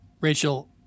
Rachel